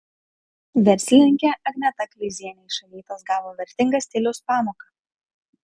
verslininkė agneta kleizienė iš anytos gavo vertingą stiliaus pamoką